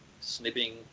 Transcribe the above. snipping